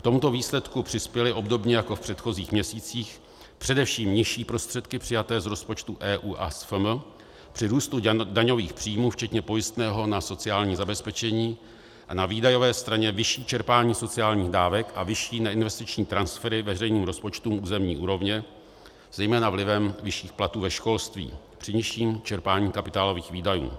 K tomuto výsledku přispěly obdobně jako v předchozích měsících především nižší prostředky přijaté z rozpočtu EU a z FM při růstu daňových příjmů včetně pojistného na sociální zabezpečení, a na výdajové straně vyšší čerpání sociálních dávek a vyšší neinvestiční transfery veřejným rozpočtům územní úrovně, zejména vlivem vyšších platů ve školství při nižším čerpání kapitálových výdajů.